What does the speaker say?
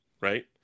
right